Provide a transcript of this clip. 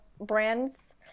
brands